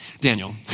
Daniel